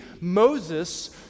Moses